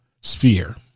sphere